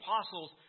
apostles